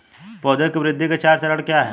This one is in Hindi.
पौधे की वृद्धि के चार चरण क्या हैं?